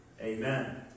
Amen